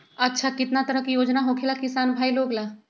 अच्छा कितना तरह के योजना होखेला किसान भाई लोग ला?